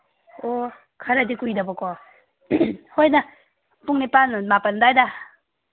ꯑꯣ ꯈꯔꯗꯤ ꯀꯨꯏꯗꯕꯀꯣ ꯍꯣꯏꯗ ꯄꯨꯡ ꯅꯤꯄꯥꯟ ꯃꯥꯄꯟ ꯑꯗ꯭ꯋꯥꯏꯗ